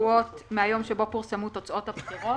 שבועות מהיום שבו פורסמו תוצאות הבחירות.